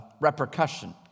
repercussion